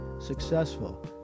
successful